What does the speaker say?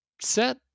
set